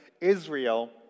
Israel